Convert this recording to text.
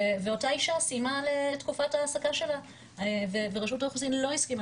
ואותה אישה סיימה את תקופת ההעסקה שלה ורשות האוכלוסין לא הסכימה